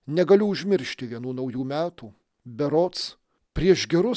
negaliu užmiršti vienų naujų metų berods prieš gerus